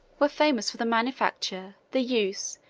were famous for the manufacture, the use,